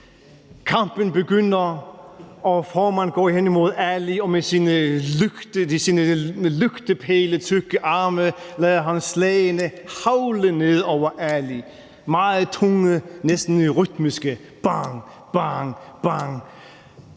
Kampen begynder, og Foreman går hen imod Ali, og med sine lygtepæletykke arme lader han slagene hagle ned over Ali, meget tunge, næsten rytmiske – bang, bang!